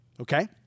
Okay